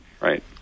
Right